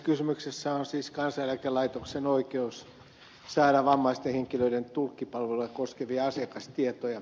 kysymyksessä on siis kansaneläkelaitoksen oikeus saada vammaisten henkilöiden tulkkipalveluja koskevia asiakastietoja